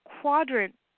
quadrant